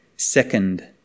second